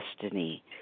destiny